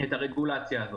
הרגולציה הזאת.